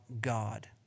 God